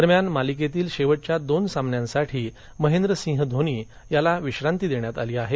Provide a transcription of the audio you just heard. दरम्यान मालिकेतील शेवटच्या दोन सामन्यांसाठी महेंद्रसिंह धोनी याला विश्रांती देण्यात आली आहे